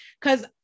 Cause